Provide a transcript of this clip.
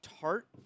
tart